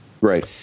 Right